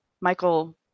michael